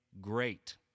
great